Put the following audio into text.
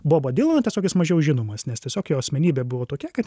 bobą dylaną tiesiog jis mažiau žinomas nes tiesiog jo asmenybė buvo tokia kad